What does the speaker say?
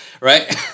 right